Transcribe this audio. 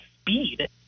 speed